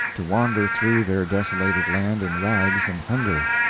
to wander through their desolated land in rags and hunger.